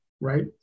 right